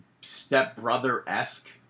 stepbrother-esque